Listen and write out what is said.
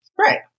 Right